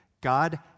God